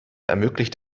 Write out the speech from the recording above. ermöglicht